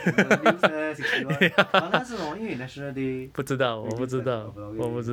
in the news leh sixty one but 那个是 hor 因为 national day reduce that's the number okay okay